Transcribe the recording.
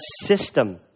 system